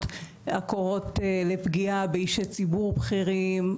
הקוראות לפגיעה באישי ציבור בכירים,